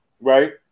Right